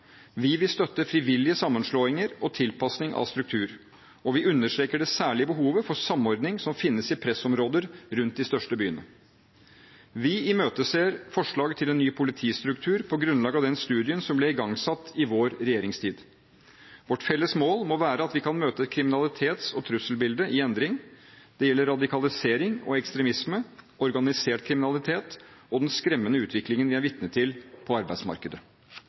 Vi vil støtte frivillige sammenslåinger og tilpasning av struktur, og vi understreker det særlige behovet for samordning som finnes i pressområder rundt de største byene. Vi imøteser forslag til en ny politistruktur på grunnlag av den studien som ble igangsatt i vår regjeringstid. Vårt felles mål må være at vi kan møte et kriminalitets- og trusselbilde i endring – det gjelder radikalisering og ekstremisme, organisert kriminalitet og den skremmende utviklingen vi er vitne til på arbeidsmarkedet.